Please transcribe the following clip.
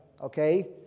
Okay